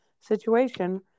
situation